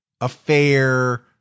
affair